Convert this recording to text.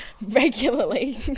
regularly